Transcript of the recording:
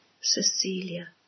Cecilia